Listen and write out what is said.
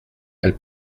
elles